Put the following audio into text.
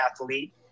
athlete